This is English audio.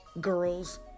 girl's